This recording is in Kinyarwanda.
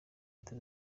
leta